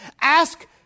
Ask